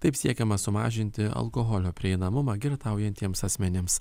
taip siekiama sumažinti alkoholio prieinamumą girtaujantiems asmenims